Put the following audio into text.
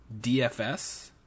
DFS